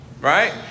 right